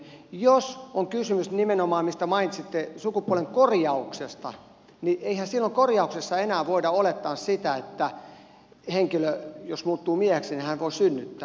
jos on kysymys nimenomaan siitä mistä mainitsitte sukupuolenkorjauksesta niin eihän silloin korjauksessa enää voida olettaa sitä että jos henkilö muuttuu mieheksi niin hän voi synnyttää